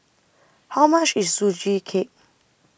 How much IS Sugee Cake